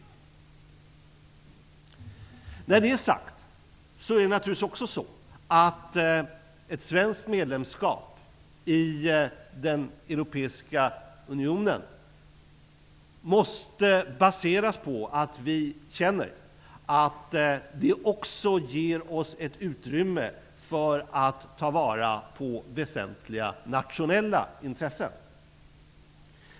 Men det är naturligtvis också så att ett svenskt medlemskap i den europeiska unionen måste baseras på att vi känner att det också ger oss ett utrymme för att ta vara på väsentliga nationella intressen.